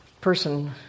person